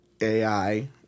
AI